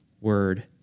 word